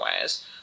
ways